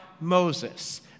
Moses